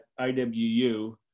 IWU